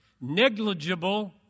negligible